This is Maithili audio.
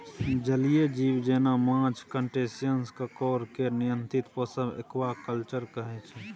जलीय जीब जेना माछ, क्रस्टेशियंस, काँकोर केर नियंत्रित पोसब एक्वाकल्चर कहय छै